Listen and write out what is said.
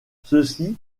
ceci